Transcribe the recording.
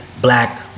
black